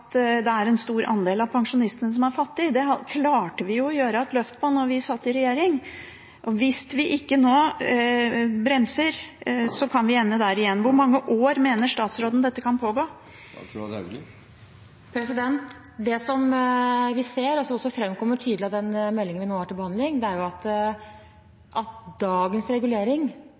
det er en stor andel av pensjonistene som er fattige. Det klarte vi å gjøre et løft på da vi satt i regjering. Hvis vi ikke nå bremser, kan vi ende der igjen. Hvor mange år mener statsråden at dette kan pågå? Det vi ser, og som også framkommer tydelig av den meldingen vi nå har til behandling, er at i dagens regulering